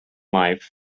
life